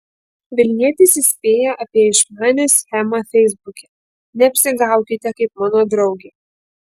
vilnietis įspėja apie išmanią schemą feisbuke neapsigaukite kaip mano draugė